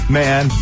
man